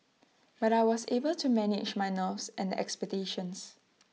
but I was able to manage my nerves and the expectations